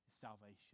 salvation